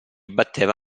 batteva